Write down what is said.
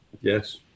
Yes